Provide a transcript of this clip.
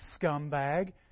scumbag